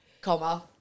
comma